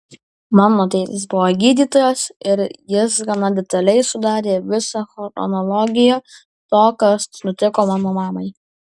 mano tėtis buvo gydytojas ir jis gana detaliai sudarė visą chronologiją to kas nutiko mano mamai